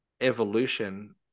evolution